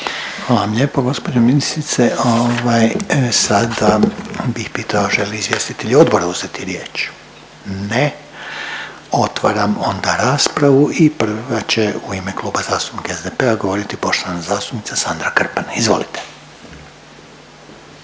Hvala vam lijepo gospođo ministrice. Ovaj sada bih pitao žele li izvjestitelji odbora uzeti riječ? Ne. Otvaram onda raspravu i prva će u ime Kluba zastupnika SDP-a govoriti poštovana zastupnica Sandra Krpan. Izvolite.